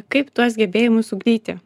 kaip tuos gebėjimus ugdyti